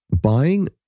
buying